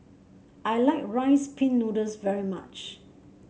I like Rice Pin Noodles very much